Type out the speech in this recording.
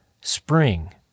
spring